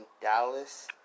Dallas